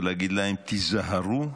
ולהגיד להם: היזהרו,